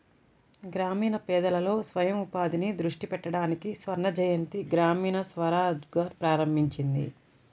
గ్రామీణ పేదలలో స్వయం ఉపాధిని దృష్టి పెట్టడానికి స్వర్ణజయంతి గ్రామీణ స్వరోజ్గార్ ప్రారంభించింది